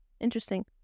interesting